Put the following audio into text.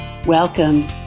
Welcome